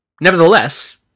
Nevertheless